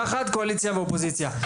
יחד, קואליציה ואופוזיציה.